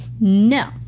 No